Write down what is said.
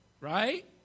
right